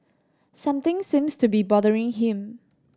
something seems to be bothering him